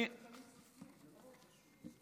זה בגלל שהם תמיד צודקים.